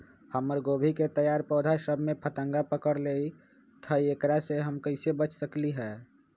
हमर गोभी के तैयार पौधा सब में फतंगा पकड़ लेई थई एकरा से हम कईसे बच सकली है?